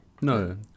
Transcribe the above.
No